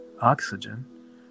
oxygen